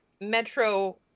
Metro